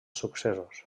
successos